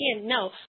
No